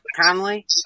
Conley